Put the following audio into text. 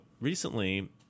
recently